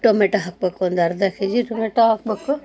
tomato ಹಾಕಬೇಕು ಒಂದರ್ಧ K G tomato ಹಾಕಬೇಕು